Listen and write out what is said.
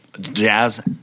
Jazz